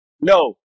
No